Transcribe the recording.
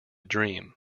dream